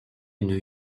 une